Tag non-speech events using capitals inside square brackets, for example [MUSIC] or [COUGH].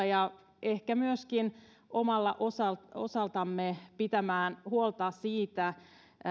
[UNINTELLIGIBLE] ja ehkä myöskin omalta osaltamme osaltamme pitämään huolta siitä